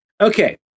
Okay